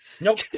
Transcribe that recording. Nope